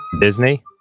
Disney